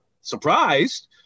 surprised